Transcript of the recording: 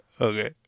Okay